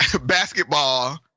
basketball